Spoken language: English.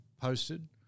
posted